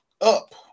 up